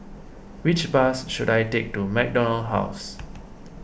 which bus should I take to MacDonald House